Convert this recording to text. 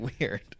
weird